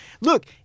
Look